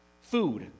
food